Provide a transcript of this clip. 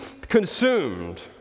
consumed